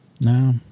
no